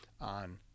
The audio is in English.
on